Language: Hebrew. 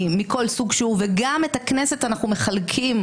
מכל סוג שהוא וגם את הכנסת אנחנו מחלקים